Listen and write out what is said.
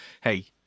hey